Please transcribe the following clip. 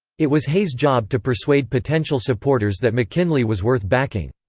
it was hay's job to persuade potential supporters that mckinley was worth backing.